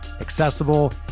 accessible